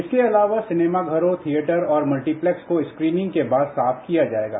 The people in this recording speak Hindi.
इसके अलावा सिनेमाघरों थियेटर और मल्टीप्लेक्स को स्क्रीनिंग के बाद साफ किया जाएगा